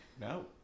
No